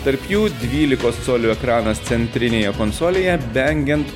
tarp jų dvylikos colių ekranas centrinėje konsolėje vengiant